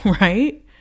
right